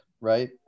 right